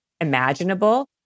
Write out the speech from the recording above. imaginable